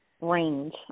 range